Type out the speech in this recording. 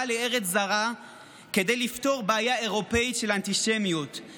לארץ זרה כדי לפתור בעיה אירופית של אנטישמיות,